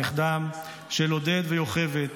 נכדם של עודד ויוכבד,